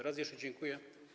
Raz jeszcze dziękuję.